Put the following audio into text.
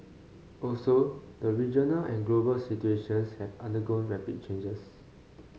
also the regional and global situations have undergone rapid changes